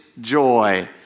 joy